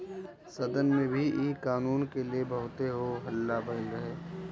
सदन में भी इ कानून के ले बहुते हो हल्ला भईल रहे